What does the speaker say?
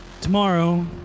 Tomorrow